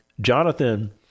Jonathan